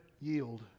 yield